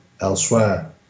elsewhere